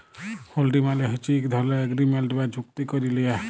হুল্ডি মালে হছে ইক ধরলের এগ্রিমেল্ট বা চুক্তি ক্যারে লিয়া